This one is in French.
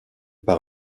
par